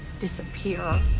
disappear